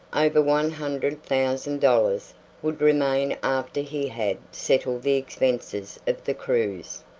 over one hundred thousand dollars would remain after he had settled the expenses of the cruise,